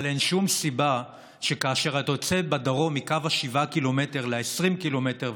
אבל אין שום סיבה שכאשר בדרום אתה יוצא מקו ה-7 קילומטר ל-20 קילומטר,